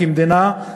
כמדינה,